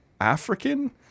African